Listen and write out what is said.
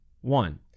one